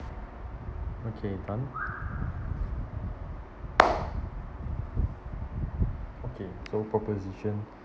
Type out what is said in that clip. okay done okay so proposition